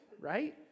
right